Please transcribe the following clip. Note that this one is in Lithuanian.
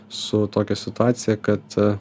su tokia situacija kad